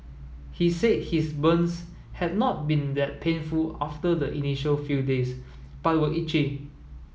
he said his burns had not been that painful after the initial few days but were itchy